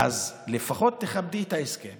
אז לפחות תכבדי את ההסכם